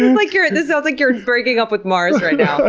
like you're and so like you're breaking up with mars right now.